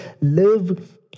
live